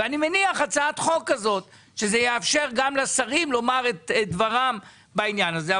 לכן אני מניח הצעת חוק שתאפשר לשרים לומר את דברם בעניין הזה.